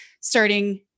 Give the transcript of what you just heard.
starting